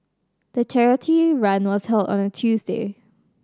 the charity run was held on a Tuesday